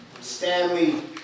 Stanley